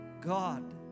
God